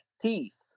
teeth